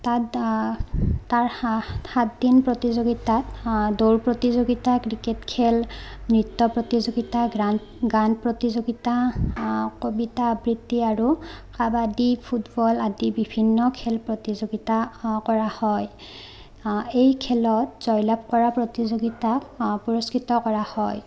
তাত তাৰ সা সাতদিন প্ৰতিযোগিতাত দৌৰ প্ৰতিযোগিতা ক্ৰিকেট খেল নৃত্য প্ৰতিযোগিতা গ্ৰান গান প্ৰতিযোগিতা কবিতা আবৃত্তি আৰু কাবাডী ফুটবল আদি বিভিন্ন খেল প্ৰতিযোগিতা কৰা হয় এই খেলত জয়লাভ কৰা প্ৰতিযোগিতাত পুৰস্কিত কৰা হয়